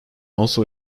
also